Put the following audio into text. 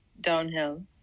downhill